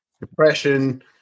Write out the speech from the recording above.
depression